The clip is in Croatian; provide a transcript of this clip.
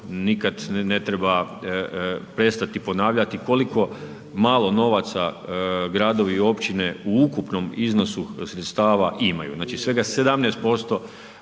nikad ne treba prestati ponavljati koliko malo novaca gradovi i općine u ukupnom iznosu sredstava imaju. Znači svega 17%